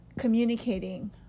communicating